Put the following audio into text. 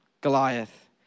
Goliath